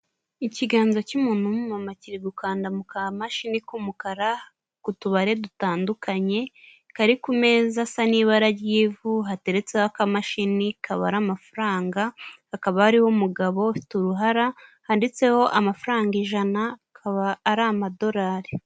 Ikiganza cy'umuntu w'umumama kiri gukanda mu kamashini k'umukara ku tubare dutandukanye, kari ku meza asa n'ibara ry'ivu hateretseho akamashini kabara amafaranga, hakaba hariho umugabo ufite uruhara handitseho amafaranga ijana akaba ari amadorari.